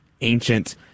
ancient